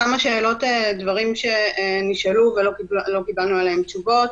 כמה שאלות שנשאלו ולא קיבלנו עליהן תשובות.